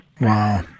Wow